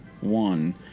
One